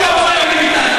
הוא כבר אומר: ביטלתי.